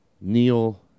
Neil